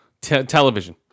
television